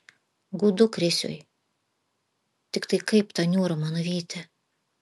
gūdu krisiui tiktai kaip tą niūrumą nuvyti